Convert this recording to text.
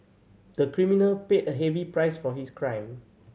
the criminal paid a heavy price for his crime